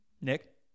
nick